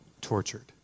tortured